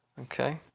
Okay